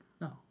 No